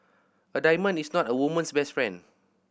a diamond is not a woman's best friend